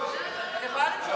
אני יכולה למשוך.